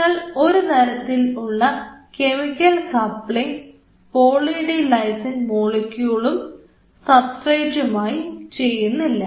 നിങ്ങൾ ഒരു തരത്തിലുള്ള കെമിക്കൽ കപ്ലിങ്ങും പോളി ഡി ലൈസിൻ മോളിക്കൂളും സബ്സ്ട്രേറ്റുമായും ചെയ്യുന്നില്ല